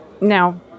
Now